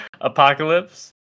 apocalypse